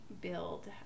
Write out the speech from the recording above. build